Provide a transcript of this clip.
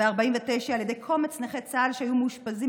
ב-1949 על ידי קומץ נכי צה"ל שהיו מאושפזים